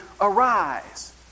Arise